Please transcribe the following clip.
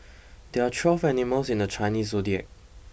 there are twelve animals in the Chinese zodiac